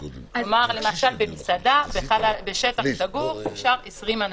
למשל, במסעדה בשטח סגור אפשר 20 אנשים.